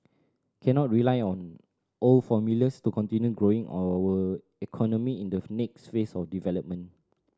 cannot rely on old formulas to continue growing our economy in the next phase of development